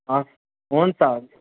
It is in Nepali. हवस् हुन्छ हुन्छ